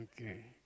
Okay